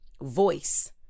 voice